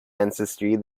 ancestry